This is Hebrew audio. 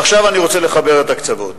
ועכשיו אני רוצה לחבר את הקצוות.